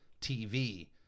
TV